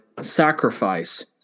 sacrifice